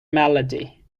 melody